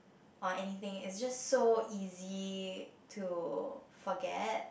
or anything is just so easy to forget